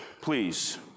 Please